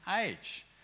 age